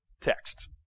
text